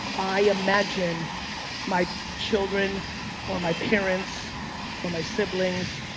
i imagine my children or my parents or my siblings,